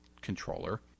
controller